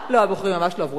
הבוחרים ממש לא עברו אתכם,